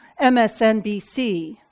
MSNBC